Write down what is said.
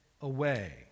away